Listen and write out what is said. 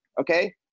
Okay